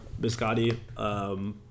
biscotti